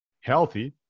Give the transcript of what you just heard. Healthy